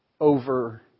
over